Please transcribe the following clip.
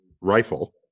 rifle